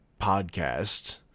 podcast